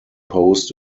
post